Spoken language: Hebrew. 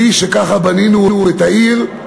כלי שאתו בנינו את העיר.